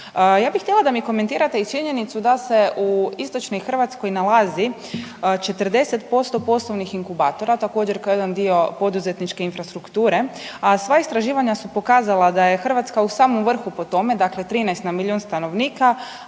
Ja bih htjela da mi komentirate i činjenicu da se u istočnoj Hrvatskoj nalazi 40% poslovnih inkubatora također kao jedan dio poduzetničke infrastrukture, a sva istraživanja su pokazala da je Hrvatska u samom vrhu po tome dakle 13 na milion stanovnika,